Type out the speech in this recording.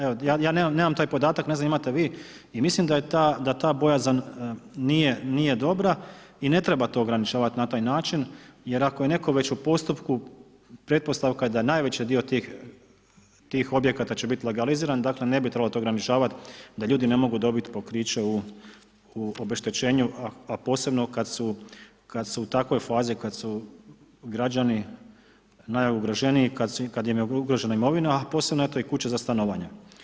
Evo, ja nemam taj podatak, ne znam imate li vi i mislim da je ta bojazan nije dobra i ne treba to ograničavati na taj način jer ako je netko već u postupku, pretpostavka je da je najveći dio tih objekata će biti legaliziran, dakle ne bi trebalo to ograničavati da ljudi ne mogu dobiti pokriće u obeštećenju, a posebno kad su u takvoj fazi, kad su građani najugroženiji, kad im je ugrožena imovina, a posebno eto i kuća za stanovanje.